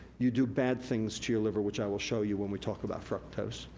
you do bad things to your liver, which i will show you when we talk about fructose.